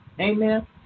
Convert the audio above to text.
Amen